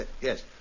Yes